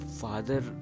father